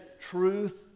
truth